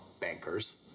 bankers